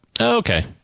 Okay